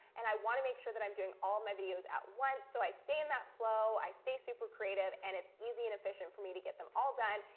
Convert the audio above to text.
and i want to make sure that i'm doing all my videos at once so i stay in that flow, i stay super-creative, and it's easy and efficient for me to get them all done.